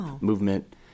movement